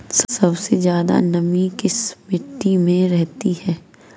सबसे ज्यादा नमी किस मिट्टी में रहती है?